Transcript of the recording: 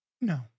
No